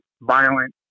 violent